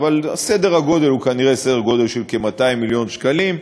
אבל סדר הגודל הוא כנראה 200 מיליון שקלים,